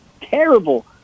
terrible